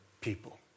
people